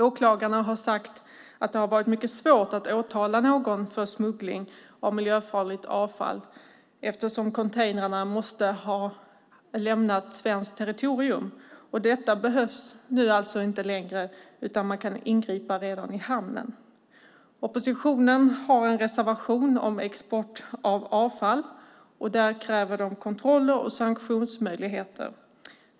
Åklagarna har sagt att det har varit mycket svårt att åtala någon för smuggling av miljöfarligt avfall eftersom containrarna måste ha lämnat svenskt territorium. Detta behövs alltså inte längre utan man kan ingripa redan i hamnen. Oppositionen har en reservation om export av avfall. Där kräver de kontroller och sanktionsmöjligheter.